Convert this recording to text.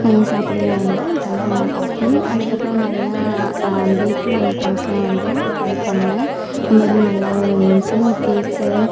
சாப்பிடுறது தான் வந்து டல்கோனா காஃபி அதுக்கப்புறம் நிறையா பேக்கிரி ஐட்டம்ஸ்லாம் வந்து ட்ரை பண்ணேன் ரொம்ப நல்லா வந்துச்சு அந்த கேக்கு